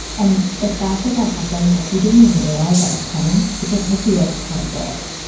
and the fact that that happens, like you didn't even realize that was coming. it just hits you like a ton of bricks.